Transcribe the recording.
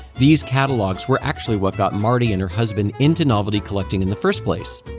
these catalogues were actually what got mardi and her husband into novelty collecting in the first place.